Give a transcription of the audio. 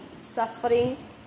suffering